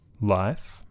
life